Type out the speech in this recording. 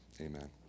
amen